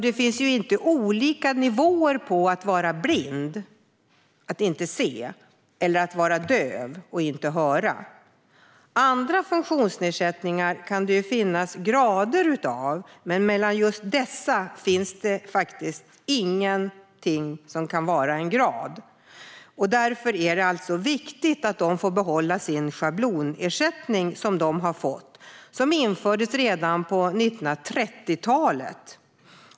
Det finns inte olika nivåer på att vara blind, att inte se, eller att vara döv och inte höra. Andra funktionsnedsättningar kan det finnas grader av, men när det gäller just dessa finns det ingenting som kan vara en grad. Därför är det viktigt att de här personerna får behålla den schablonersättning som de har fått och som infördes redan på 1930-talet.